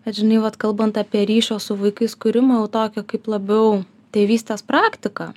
kad žinai vat kalbant apie ryšio su vaikais kūrimą o tokio kaip labiau tėvystės praktiką